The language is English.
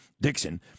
Dixon